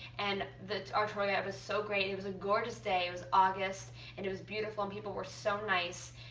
and our tour, yeah it was so great. it was a gorgeous day. it was august and it was beautiful. and people were so nice.